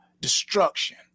destruction